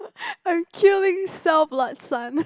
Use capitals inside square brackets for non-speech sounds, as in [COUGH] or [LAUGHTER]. [LAUGHS] I'm killing cell blood son